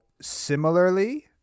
similarly